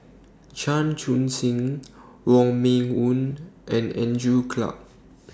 Chan Chun Sing Wong Meng Voon and Andrew Clarke